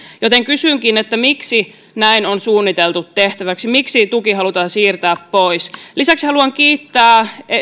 joten kysynkin miksi näin on suunniteltu tehtäväksi miksi tuki halutaan siirtää pois lisäksi haluan kiittää